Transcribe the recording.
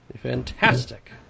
Fantastic